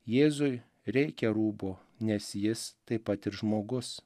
jėzui reikia rūbo nes jis taip pat ir žmogus